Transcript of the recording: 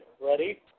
ready